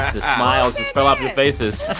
the smiles just fell off your faces